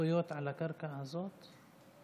זכויות על הקרקע הזאת?